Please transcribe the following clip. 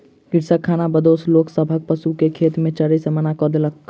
कृषक खानाबदोश लोक सभक पशु के खेत में चरै से मना कय देलक